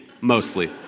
mostly